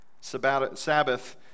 Sabbath